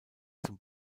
zum